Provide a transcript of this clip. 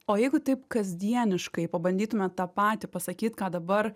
o jeigu taip kasdieniškai pabandytume tą patį pasakyt ką dabar